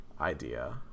idea